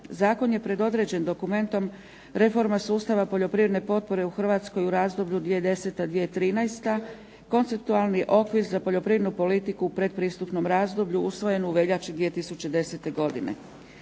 Zakon je predodređen dokumentom Reforma sustava poljoprivrede potpore u Hrvatskoj u razdoblju 2010/2013. Konceptualni okvir za poljoprivrednu politiku pretpristupnom razdoblju usvojenom u veljači 2010. godine.